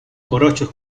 jarochos